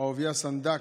אהוביה סנדק.